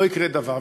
לא יקרה דבר.